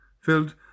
Filled